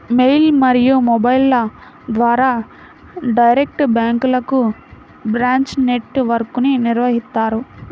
mail మరియు మొబైల్ల ద్వారా డైరెక్ట్ బ్యాంక్లకు బ్రాంచ్ నెట్ వర్క్ను నిర్వహిత్తారు